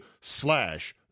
slash